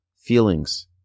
feelings